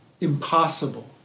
impossible